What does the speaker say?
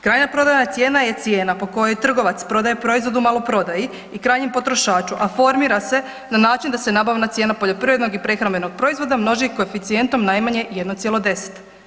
Krajnja prodajna cijena je cijena po kojoj trgovac prodaje proizvod u maloprodaji i krajnjem potrošaču, a formira se na način da se nabavna cijene poljoprivrednog i prehrambenog proizvoda množi koeficijentom najmanje 1,10.